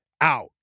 out